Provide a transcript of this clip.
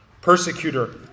persecutor